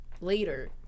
later